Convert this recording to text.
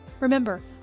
Remember